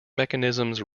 mechanisms